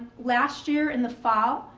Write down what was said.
last year, in the fall,